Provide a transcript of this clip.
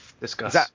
Discuss